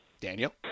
Daniel